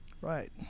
Right